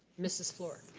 mrs. fluor.